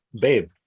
babe